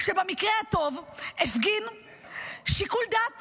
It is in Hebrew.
שבמקרה הטוב הפגין שיקול דעת